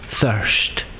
thirst